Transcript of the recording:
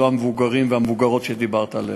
לא המבוגרים והמבוגרות שדיברת עליהם.